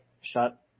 shut